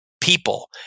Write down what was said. People